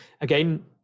again